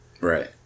right